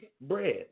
bread